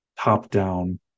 top-down